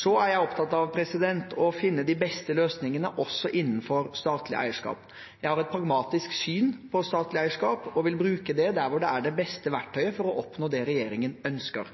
Jeg er opptatt av å finne de beste løsningene også innenfor statlig eierskap. Jeg har et pragmatisk syn på statlig eierskap og vil bruke det der hvor det er det beste verktøyet for å